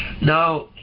Now